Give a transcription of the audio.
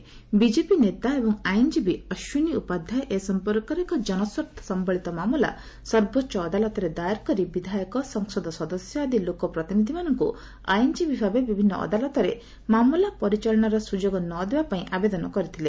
ବ ିଜେପି ନେତା ଏବଂ ଆଇନଜୀବୀ ଅଶ୍ୱିନୀ ଉପାଧ୍ୟାୟ ଏ ସମ୍ପର୍କରେ ଏକ ଜନସ୍ୱାର୍ଥ ସମ୍ଭଳିତ ମାମଲା ସର୍ବୋଚ୍ଚ ଅଦାଲତରେ ଦାଏର କରି ବିଧାୟକ ସଂସଦ ସଦସ୍ୟ ଆଦି ଲୋକ ପ୍ରତିନିଧିମାନଙ୍କୁ ଆଇନଜୀବୀଭାବେ ବିଭିନ୍ନ ଅଦାଲତରେ ମାମଲା ପରିଚାଳନାର ସୁଯୋଗ ନ ଦେବା ପାଇଁ ଆବେଦନ କରିଥିଲେ